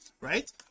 right